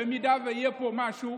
במידה שיהיה פה משהו,